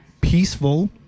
peaceful